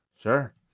Sure